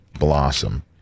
blossom